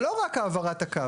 זה לא רק העברת הקו.